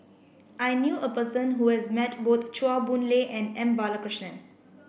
I knew a person who has met both Chua Boon Lay and M Balakrishnan